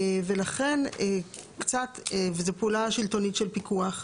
ולכן קצת, וזו פעולה שלטונית של פיקוח.